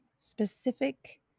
specific